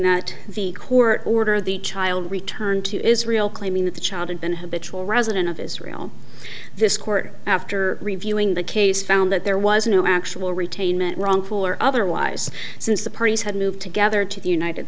that the court order the child returned to israel claiming that the child had been habitual resident of israel this court after reviewing the case found that there was no actual retainment wrongful or otherwise since the parties had moved together to the united